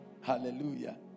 Hallelujah